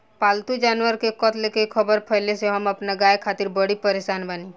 पाल्तु जानवर के कत्ल के ख़बर फैले से हम अपना गाय खातिर बड़ी परेशान बानी